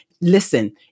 listen